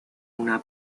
una